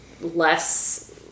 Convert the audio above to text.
less